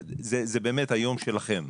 זה באמת היום שלכם.